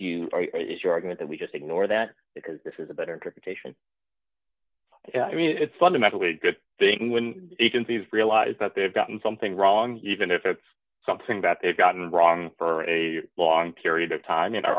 position is your argument that we just ignore that because this is a better taishan i mean it's fundamentally a good thing when agencies realize that they've gotten something wrong even if it's something that they've gotten wrong for a long period of time an